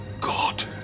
God